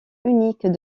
unique